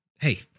Hey